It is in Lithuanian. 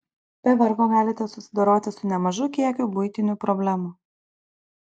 be vargo galite susidoroti su nemažu kiekiu buitinių problemų